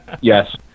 Yes